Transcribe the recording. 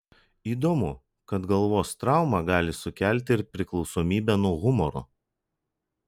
įdomu kad galvos trauma gali sukelti ir priklausomybę nuo humoro